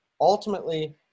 ultimately